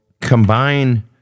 combine